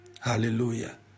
Hallelujah